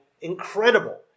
incredible